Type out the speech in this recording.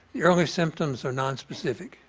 the early symptoms are nonspecific.